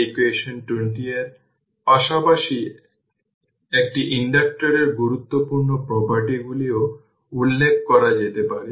initial voltage 4 volt এখানে 24 volt তবে এটি একটি প্রশ্ন লিখতে হবে